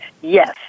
yes